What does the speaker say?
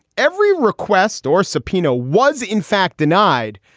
every request or subpoena was in fact denied.